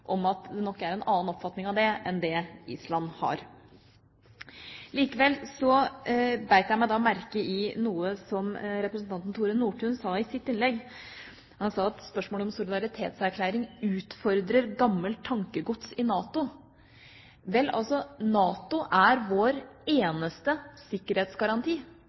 om, verken her eller i de andre nordiske landenes nasjonalforsamlinger, at det nok er en annen oppfatning av det enn det Island har. Likevel beit jeg meg merke i noe som representanten Tore Nordtun sa i sitt innlegg. Han sa at spørsmålet om solidaritetserklæring utfordrer gammelt tankegods i forhold til NATO. Vel, NATO er vår eneste sikkerhetsgaranti.